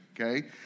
okay